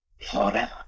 forever